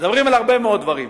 מדברים על הרבה מאוד דברים,